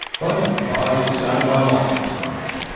both of the fires were started by lightning strikes.